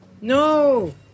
No